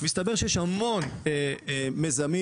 מסתבר שיש המון מיזמים,